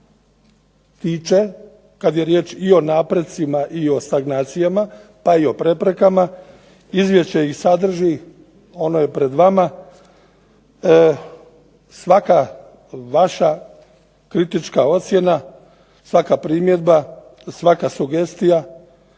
tiče kad je riječ i o napretcima i o stagnacijama pa i o preprekama izvješće ih sadrži, ono je pred vama. Svaka vaša kritička ocjena, svaka primjedba, svaka sugestija